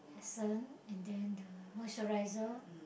essence and then the moisturizer